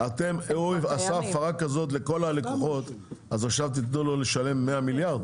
הוא עשה הפרה כזאת לכל הלקוחות אז עכשיו תיתנו לו לשלם 100 מיליארד?